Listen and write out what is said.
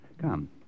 Come